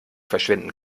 verschwinden